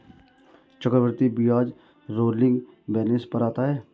चक्रवृद्धि ब्याज rolling balance पर आता है